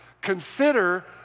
Consider